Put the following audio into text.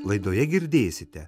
laidoje girdėsite